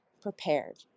prepared